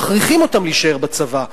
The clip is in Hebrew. מכריחים אותם להישאר בצבא,